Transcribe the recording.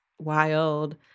wild